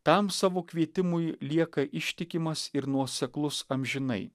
tam savo kvietimui lieka ištikimas ir nuoseklus amžinai